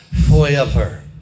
forever